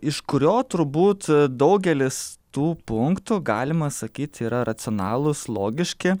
iš kurio turbūt daugelis tų punktų galima sakyti yra racionalūs logiški